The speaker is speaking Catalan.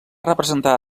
representar